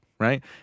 right